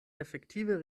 efektive